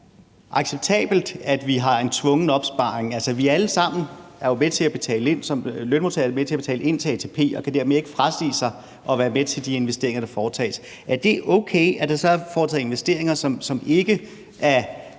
acceptabelt, at vi har en tvungen opsparing, for vi er jo alle sammen som lønmodtagere med til at betale ind til ATP og kan dermed ikke frasige os at være med til de investeringer, der foretages? Er det okay, at der så er foretaget investeringer, som ikke er